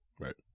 right